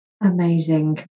Amazing